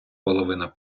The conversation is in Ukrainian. половина